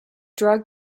drug